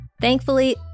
Thankfully